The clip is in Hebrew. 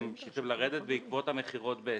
וממשיכים לרדת בעקבות המכירות בהיצף.